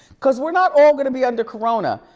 cause we're not all gonna be under corona,